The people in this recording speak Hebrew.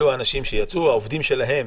אלה האנשים שהעובדים שלהם